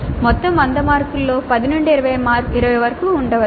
మొత్తం 100 లో 10 నుండి 20 వరకు మారవచ్చు